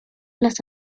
los